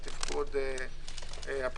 על תפקוד הפרקליטות,